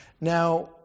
Now